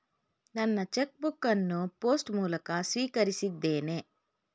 ನನ್ನ cheque book ಅನ್ನು post ಮೂಲಕ ಸ್ವೀಕರಿಸಿದ್ದೇನೆ